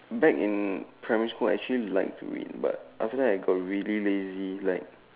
back in primary school I actually like to read but after that I got really lazy like